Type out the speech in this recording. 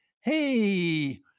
hey